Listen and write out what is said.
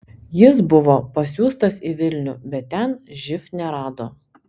jis buvo pasiųstas į vilnių bet ten živ nerado